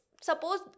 suppose